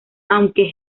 aunque